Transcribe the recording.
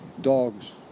dogs